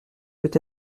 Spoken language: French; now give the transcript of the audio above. peut